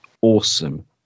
awesome